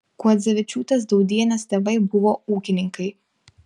kuodzevičiūtės daudienės tėvai buvo ūkininkai